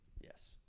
Yes